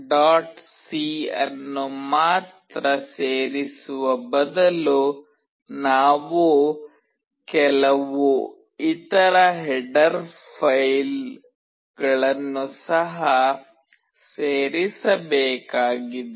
c ಅನ್ನು ಮಾತ್ರ ಸೇರಿಸುವ ಬದಲು ನಾವು ಕೆಲವು ಇತರ ಹೆಡರ್ ಫೈಲ್ಗಳನ್ನು ಸಹ ಸೇರಿಸಬೇಕಾಗಿದೆ